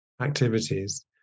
activities